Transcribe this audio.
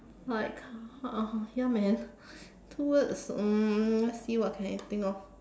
like uh ya man two words um let's see what can I think of